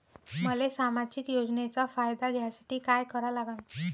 मले सामाजिक योजनेचा फायदा घ्यासाठी काय करा लागन?